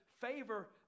favor